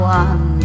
one